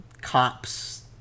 cops